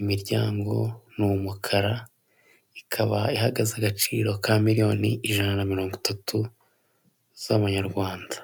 imiryango ni umukara ikaba, ihagaze agaciro ka miliyoni ijana na mirongo itatu z'amanyarwanda.